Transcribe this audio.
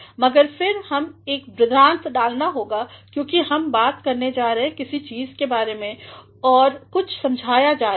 मगर फिर हमें एक बृहदान्त्र डालना होगा क्योंकि हम बात करने जारहे है किसी चीज़ के बारे में और कुछ समझाया जा रहा है